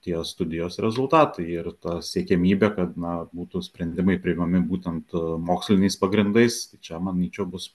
tie studijos rezultatai ir ta siekiamybė kad na būtų sprendimai priimami būtent moksliniais pagrindais čia manyčiau bus